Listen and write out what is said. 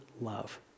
love